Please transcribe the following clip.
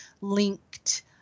linked –